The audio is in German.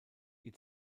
ihn